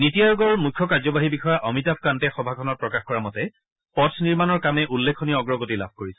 নিটি আয়োগৰ মুখ্য কাৰ্যবাহী বিষয়া অমিতাভ কান্তে সভাখনত প্ৰকাশ কৰা মতে পথ নিৰ্মাণৰ কামে উল্লেখনীয় অগ্ৰগতি লাভ কৰিছে